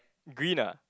green ah